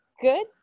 good